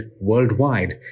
worldwide